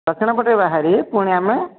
ଦକ୍ଷିଣ ପଟେ ବାହାରି ପୁଣି ଆମେ